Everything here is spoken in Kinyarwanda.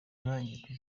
ntangiriro